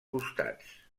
costats